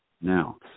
Now